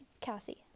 Kathy